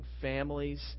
families